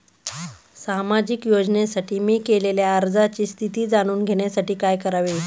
सामाजिक योजनेसाठी मी केलेल्या अर्जाची स्थिती जाणून घेण्यासाठी काय करावे?